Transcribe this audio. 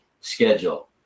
schedule